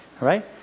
right